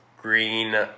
green